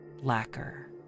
lacquer